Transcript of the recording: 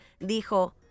dijo